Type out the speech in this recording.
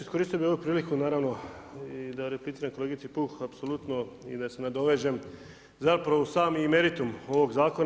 Iskoristio bih ovu priliku, naravno i da repliciram kolegici Puh apsolutno i da se nadovežem zapravo u sam meritum ovog Zakona.